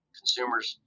consumers